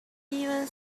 even